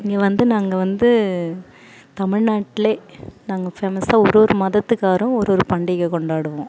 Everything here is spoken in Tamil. இங்கே வந்து நாங்கள் வந்து தமிழ்நாட்டில் நாங்கள் ஃபேமஸாக ஒரு ஒரு மதத்துக்காரரும் ஒரு ஒரு பண்டிகை கொண்டாடுவோம்